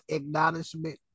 acknowledgement